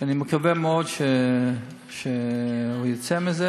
שאני מקווה מאוד שהוא יצא ממנו.